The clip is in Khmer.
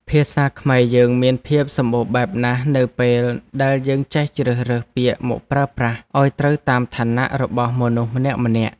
ភាសាខ្មែរយើងមានភាពសម្បូរបែបណាស់នៅពេលដែលយើងចេះជ្រើសរើសពាក្យមកប្រើប្រាស់ឱ្យត្រូវតាមឋានៈរបស់មនុស្សម្នាក់ៗ។